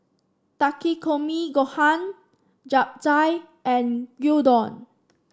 Takikomi Gohan Japchae and Gyudon